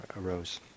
arose